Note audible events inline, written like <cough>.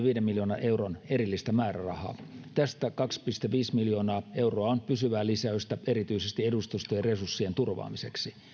<unintelligible> viiden miljoonan euron erillistä määrärahaa tästä kaksi pilkku viisi miljoonaa euroa on pysyvää lisäystä erityisesti edustustojen resurssien turvaamiseksi